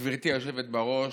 גברתי היושבת בראש,